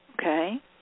Okay